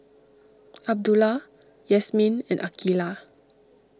Abdullah Yasmin and Aqilah